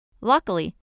Luckily